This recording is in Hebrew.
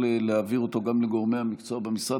להעביר אותו גם לגורמי המקצוע במשרד,